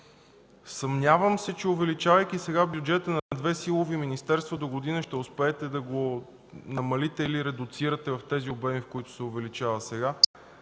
Съмнявам се, че увеличавайки сега бюджета на две силови министерства, догодина ще успеете да го намалите или редуцирате в тези обеми, в които се увеличава сега.